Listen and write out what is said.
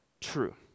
true